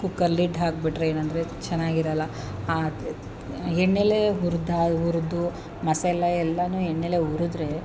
cooker lid ಹಾಕಿಬಿಟ್ರೆ ಏನಂದ್ರೆ ಚೆನ್ನಾಗಿರಲ್ಲ ಆ ಎಣ್ಣೆಲೇ ಹುರಿದಾ ಹುರಿಸು ಮಸಾಲೆ ಎಲ್ಲನೂ ಎಣ್ಣೆಲೇ ಉರಿದ್ರೆ